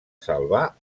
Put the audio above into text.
salvar